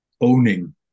owning